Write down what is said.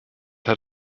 hat